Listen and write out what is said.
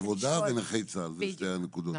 עבודה ונכי צה"ל זה שתי הנקודות.